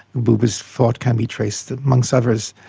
buber's thought can be traced to, amongst others,